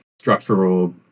structural